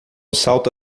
salta